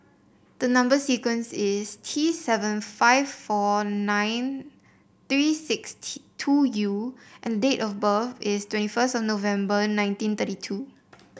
the number sequence is T seven five four nine three six T two U and date of birth is twenty first of November nineteen thirty two